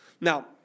Now